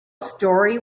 story